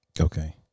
okay